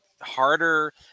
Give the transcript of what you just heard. harder